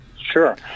Sure